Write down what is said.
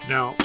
Now